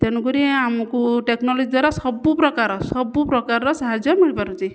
ତେଣୁକରି ଆମକୁ ଟେକ୍ନୋଲୋଜି ଦ୍ଵାରା ସବୁ ପ୍ରକାର ସବୁ ପ୍ରକାରର ସାହାଯ୍ୟ ମିଳିପାରୁଛି